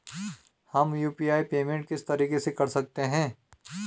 हम UPI payment किस तरीके से कर सकते हैं?